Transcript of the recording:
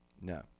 No